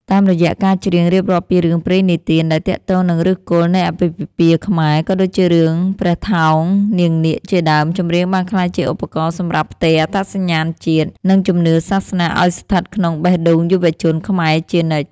តាមរយៈការច្រៀងរៀបរាប់ពីរឿងព្រេងនិទានដែលទាក់ទងនឹងឫសគល់នៃអាពាហ៍ពិពាហ៍ខ្មែរ ដូចជារឿងព្រះថោងនាងនាគជាដើម ចម្រៀងបានក្លាយជាឧបករណ៍សម្រាប់ផ្ទេរអត្តសញ្ញាណជាតិ និងជំនឿសាសនាឱ្យស្ថិតនៅក្នុងបេះដូងយុវជនខ្មែរជានិច្ច។